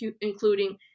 including